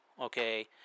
okay